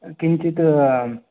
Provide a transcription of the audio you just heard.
किञ्चित्